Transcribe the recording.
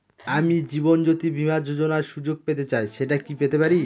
আমি জীবনয্যোতি বীমা যোযোনার সুযোগ পেতে চাই সেটা কি পেতে পারি?